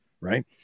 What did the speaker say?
right